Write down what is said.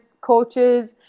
coaches